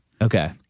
Okay